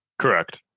Correct